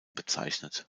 bezeichnet